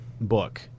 book